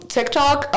TikTok